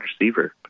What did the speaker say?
receiver